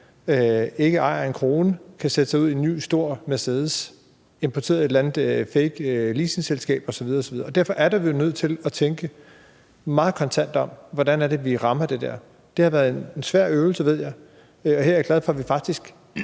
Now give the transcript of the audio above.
ikke ejer en krone, kan sætte sig ud i en ny stor Mercedes importeret af et eller andet fake leasingselskab osv. osv. Derfor er det, at vi er nødt til at tænke meget kontant om, hvordan det er, vi rammer det der. Det har været en svær øvelse, ved jeg, og her er jeg glad for, at vi faktisk